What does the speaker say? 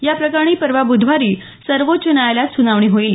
या प्रकरणी परवा बुधवारी सर्वोच्च न्यायालयात सुनावणी होईल